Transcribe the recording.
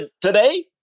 today